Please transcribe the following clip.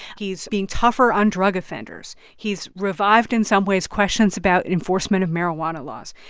he's being tougher on drug offenders. he's revived, in some ways, questions about enforcement of marijuana laws.